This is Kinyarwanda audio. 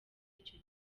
icyo